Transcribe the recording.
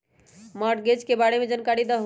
Mortgage के बारे में जानकारी देहु?